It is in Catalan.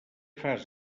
fas